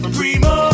Primo